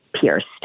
pierced